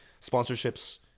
Sponsorships